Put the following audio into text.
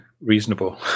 reasonable